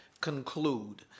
conclude